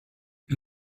sin